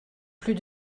plus